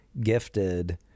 gifted